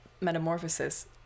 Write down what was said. Metamorphosis